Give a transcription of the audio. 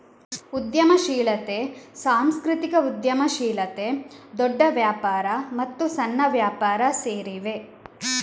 ಉದ್ಯಮಶೀಲತೆ, ಸಾಂಸ್ಕೃತಿಕ ಉದ್ಯಮಶೀಲತೆ, ದೊಡ್ಡ ವ್ಯಾಪಾರ ಮತ್ತು ಸಣ್ಣ ವ್ಯಾಪಾರ ಸೇರಿವೆ